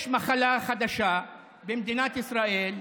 יש מחלה חדשה במדינת ישראל,